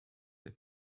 der